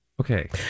Okay